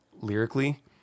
lyrically